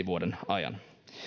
vuoden ajan